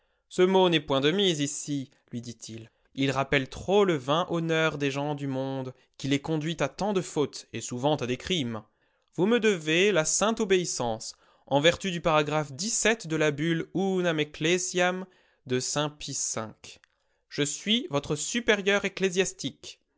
ce mot n'est point de mise ici lui dit-il il rappelle trop le vain honneur des gens du monde qui les conduit à tant de fautes et souvent à des crimes vous me devez la sainte obéissance en vertu du paragraphe dix-sept de la bulle unam ecclesiam de saint pie v je suis votre supérieur